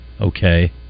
okay